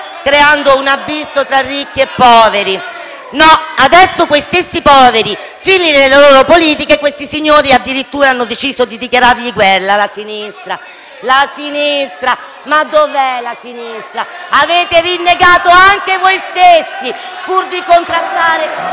creando un abisso tra ricchi e poveri. No, adesso a quegli stessi poveri, figli delle loro politiche, questi signori hanno addirittura deciso di dichiarare guerra. La sinistra, la sinistra. Ma dov'è la sinistra? Avete rinnegato anche voi stessi pur di contrastare